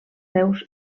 seus